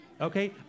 okay